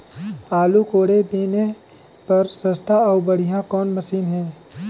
आलू कोड़े बीने बर सस्ता अउ बढ़िया कौन मशीन हे?